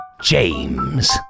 James